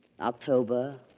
October